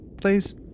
please